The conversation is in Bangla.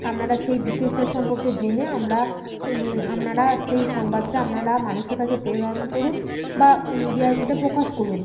আপনারা সেই বিষয়টা সম্পর্কে জেনে আমরা আপনারা সেই সংবাদটা আপনারা মানুষের কাছে প্রেরণ করুন বা মিডিয়ায় সেটা প্রকাশ করুন